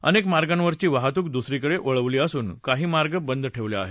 अनेक मार्गावरची वाहतूक दुसरीकडे वळवली असून काही मार्ग बंद ठेवले आहेत